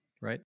right